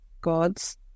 gods